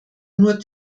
nur